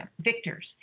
victors